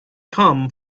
come